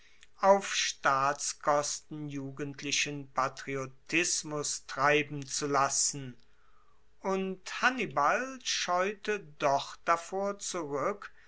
auf staatskosten jugendlichen patriotismus treiben zu lassen und hannibal scheute doch davor